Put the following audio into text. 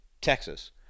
Texas